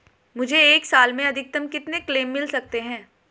मुझे एक साल में अधिकतम कितने क्लेम मिल सकते हैं?